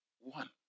One